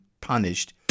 punished